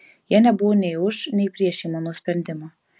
jie nebuvo nei už nei prieš šį mano sprendimą